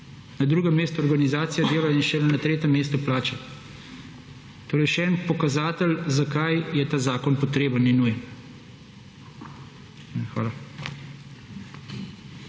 Na drugem mestu organizacija dela in šele na tretjem mestu plača. Torej, še en pokazatelj, zakaj je ta zakon potreben in nujen. Hvala.